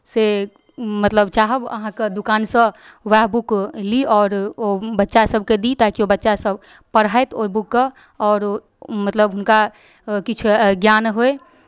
से मतलब चाहब अहाँके दोकानसँ उएह बुक ली आओर ओ बच्चासभकेँ दी ताकि ओ बच्चासभ पढ़थि ओहि बुककेँ आओर मतलब हुनका किछु ज्ञान होय